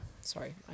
Sorry